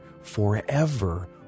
forever